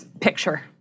picture